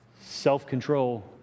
self-control